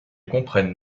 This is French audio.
comprennent